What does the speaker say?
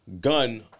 gun